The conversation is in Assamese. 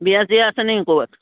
বিয়া চিয়া আছে নেকি ক'ৰবাত